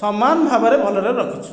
ସମାନ ଭାବରେ ଭଲରେ ରଖିଛୁ